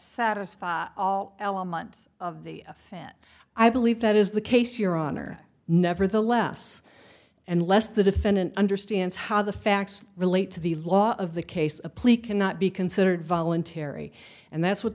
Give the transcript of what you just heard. satisfied elements of the fan i believe that is the case your honor never the less and less the defendant understands how the facts relate to the law of the case a plea cannot be considered voluntary and that's what